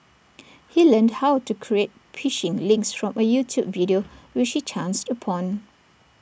he learned how to create phishing links from A YouTube video which he chanced upon